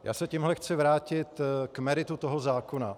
Já se tímhle chci vrátit k meritu toho zákona.